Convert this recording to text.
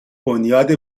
بنیاد